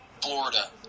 Florida